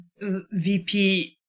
VP